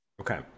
Okay